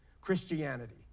Christianity